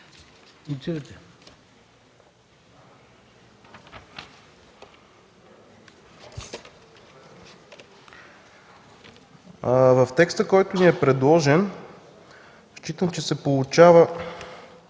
В текста, който Ви е предложен, считам, че се получава